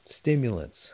stimulants